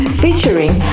featuring